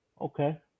okay